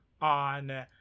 on